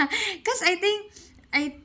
cause I think I